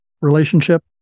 relationship